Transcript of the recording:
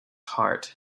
heart